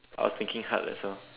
I was thinking hard as well